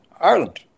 Ireland